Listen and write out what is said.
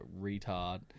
retard